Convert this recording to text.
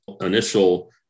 initial